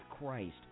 Christ